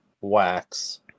wax